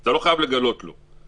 אתה לא חייב לגלות לו.